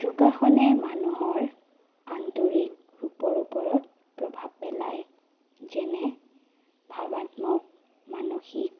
যোগাসনে মানুহৰ আন্তৰিক ৰূপৰ ওপৰত প্ৰভাৱ পেলায় যেনে ভাবাত্মক মানসিক